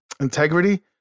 integrity